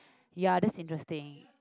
ya that's interesting